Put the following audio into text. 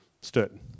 stood